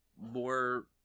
more